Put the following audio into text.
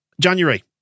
January